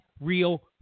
real